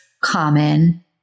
common